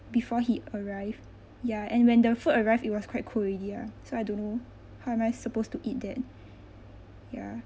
before he arrived ya and when the food arrived it was quite cold already ah so I don't know how am I supposed to eat that ya